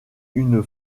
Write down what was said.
une